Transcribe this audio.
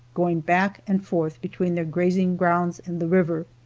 going back and forth between their grazing grounds and the river.